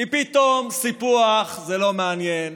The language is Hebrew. כי פתאום סיפוח זה לא מעניין,